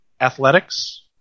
athletics